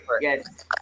yes